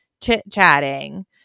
chit-chatting